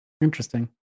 Interesting